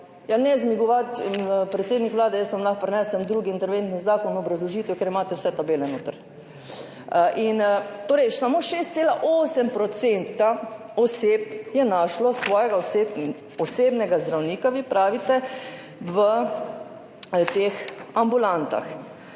Ne zmigovati, predsednik Vlade, jaz vam lahko prinesem drugi interventni zakon, obrazložitev, kjer imate vse tabele notri. Torej samo 6,8 % oseb je našlo osebnega zdravnika, vi pravite, v teh ambulantah.